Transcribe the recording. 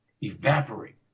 Evaporate